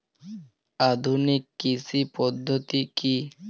আধুনিক কৃষি পদ্ধতি কী?